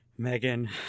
Megan